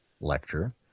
lecture